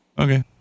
Okay